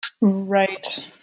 Right